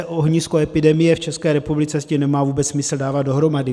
Ohnisko epidemie v České republice s tím nemá vůbec smysl dávat dohromady.